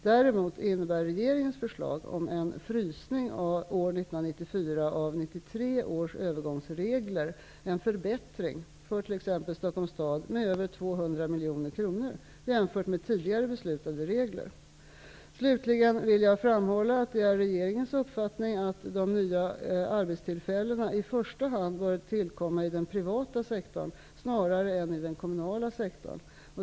Däremot innebär regeringens förslag om en ''frysning'' år 1994 av 1993 års övergångsregler en förbättring för t.ex. Stockholms stad med över 200 miljoner kronor jämfört med tidigare beslutade regler. Slutligen vill jag framhålla att det är regeringens uppfattning att de nya arbetstillfällena i första hand bör tillkomma i den privata sektorn, snarare än i den kommunala sektorn.